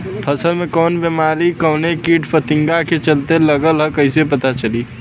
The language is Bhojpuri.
फसल में कवन बेमारी कवने कीट फतिंगा के चलते लगल ह कइसे पता चली?